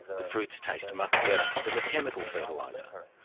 the fruits taste much better than with chemical fertiliser.